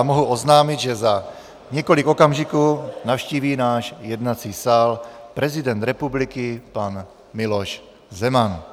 Mohu oznámit, že za několik okamžiků navštíví náš jednací sál prezident republiky pan Miloš Zeman.